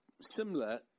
similar